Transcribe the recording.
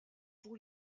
pour